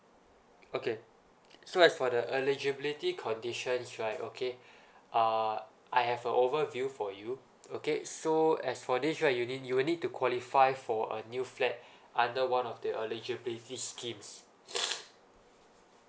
okay so as for the eligibility conditions right okay uh I have a overview for you okay so as for this right you need you will need to qualify for a new flat under one of the eligibility schemes